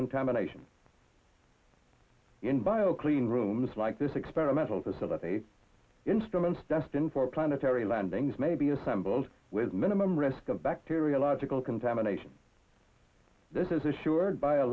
contamination in bio clean rooms like this experimental facility instruments destined for planetary landings may be assembled with minimum risk of bacteriological contamination this is assured by a